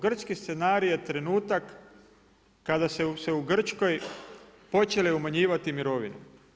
Grčki scenarij je trenutak kada se u Grčkoj počele umanjivati mirovine.